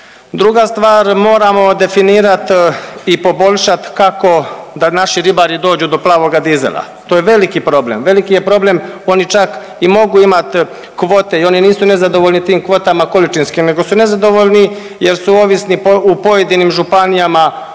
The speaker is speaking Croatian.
Druga stvar, moramo definirat i poboljšat kako da naši ribari dođu do plavoga dizela. To je veliki problem, veliki je problem oni čak i mogu imati kvote i oni nisu zadovoljni tim kvotama količinskim nego su nezadovoljni jer su ovisni u pojedinim županijama o samo